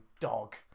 dog